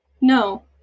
no